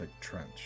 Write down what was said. trench